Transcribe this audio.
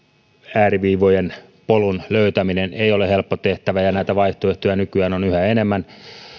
ääriviivojen polun löytäminen ei ole helppo tehtävä ja näitä vaihtoehtoja nykyään on yhä enemmän